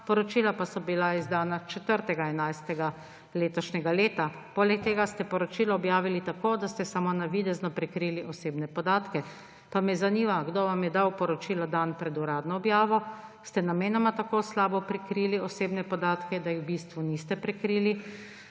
poročila pa so bila izdana 4. 11. letošnjega lega. Poleg tega ste poročilo objavili tako, da ste samo navidezno prikrili osebne podatke. Pa me zanima: Kdo vam je dal poročilo dan pred uradno objavo? Ste namenoma tako slabo prikrili osebne podatke, da jih v bistvu niste prekrili?